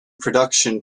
production